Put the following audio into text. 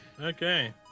Okay